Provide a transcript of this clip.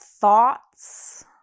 thoughts